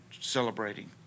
celebrating